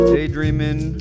Daydreaming